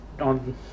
on